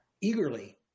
eagerly